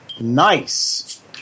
Nice